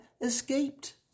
escaped